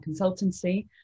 consultancy